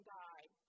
died